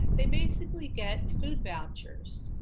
they basically get food vouchers,